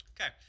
Okay